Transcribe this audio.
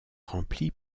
remplies